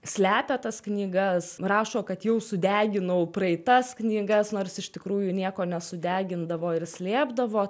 slepia tas knygas rašo kad jau sudeginau praeitas knygas nors iš tikrųjų nieko nesudegindavo ir slėpdavo